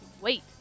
Wait